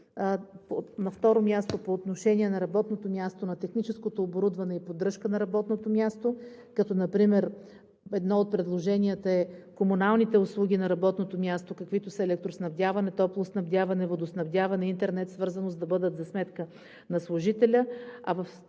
На второ място, по отношение на работното място на техническото оборудване и поддръжка на работното място, като например едно от предложенията е комуналните услуги на работното място, каквито са електроснабдяване, топлоснабдяване, водоснабдяване, интернет свързаност, да бъдат за сметка на служителя,